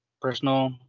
personal